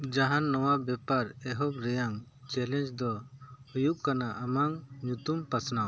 ᱡᱟᱦᱟᱱ ᱱᱚᱣᱟ ᱵᱮᱯᱟᱨ ᱮᱦᱚᱵ ᱨᱮᱭᱟᱜ ᱪᱮᱞᱮᱧᱡᱽ ᱫᱚ ᱦᱩᱭᱩᱜ ᱠᱟᱱᱟ ᱟᱢᱟᱜ ᱧᱩᱛᱩᱢ ᱯᱟᱥᱱᱟᱣ